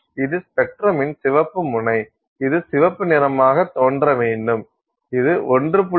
இது ஸ்பெக்ட்ரமின் சிவப்பு முனை இது சிவப்பு நிறமாகத் தோன்ற வேண்டும் இது 1